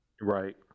Right